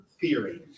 theory